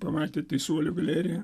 pamatė teisuolių galerija